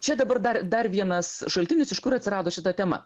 čia dabar dar dar vienas šaltinis iš kur atsirado šita tema